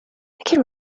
can